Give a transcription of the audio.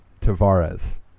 Tavares